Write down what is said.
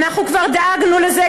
אנחנו כבר דאגנו לזה,